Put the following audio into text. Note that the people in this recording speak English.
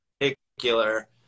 particular